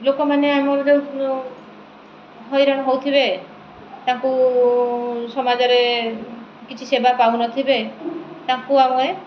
ଲୋକମାନେ ଆମର ଯୋଉ ହଇରାଣ ହେଉଥିବେ ତାଙ୍କୁ ସମାଜରେ କିଛି ସେବା ପାଉନଥିବେ ତାଙ୍କୁ ଆମେ